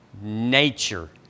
nature